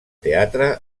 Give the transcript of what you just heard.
teatre